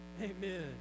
Amen